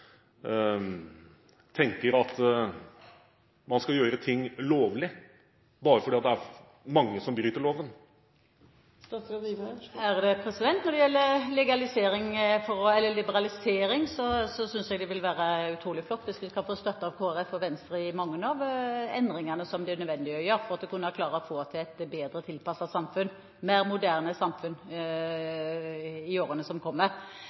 tenker at man skal gjøre ting lovlig bare fordi det er mange som bryter loven? Når det gjelder legalisering eller liberalisering, synes jeg det vil være utrolig flott hvis vi kan få støtte av Kristelig Folkeparti og Venstre i mange av endringene som det er nødvendig å gjøre for å klare å få til et bedre tilpasset samfunn, et mer moderne samfunn, i årene som kommer.